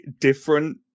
different